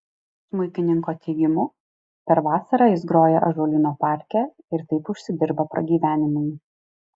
smuikininko teigimu per vasarą jis groja ąžuolyno parke ir taip užsidirba pragyvenimui